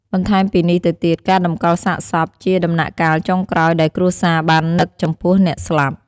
បន្ថែមពីនេះទៅទៀតការតម្កលសាកសពជាដំណាក់កាលចុងក្រោយដែលគ្រួសារបាននឹកចំពោះអ្នកស្លាប់។